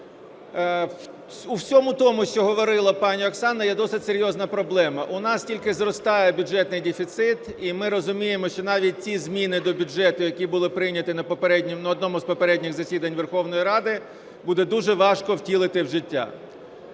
У всьому тому, що говорила пані Оксана, є досить серйозна проблема. У нас тільки зростає бюджетний дефіцит, і ми розуміємо, що навіть ті зміни до бюджету, які були прийняті на одному з попередніх засідань Верховної Ради, буде дуже важко втілити в життя.